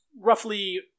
Roughly